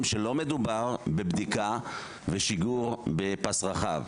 היא שלא מדובר בבדיקה ושיגור בפס רחב,